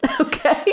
Okay